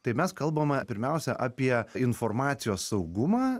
tai mes kalbame pirmiausia apie informacijos saugumą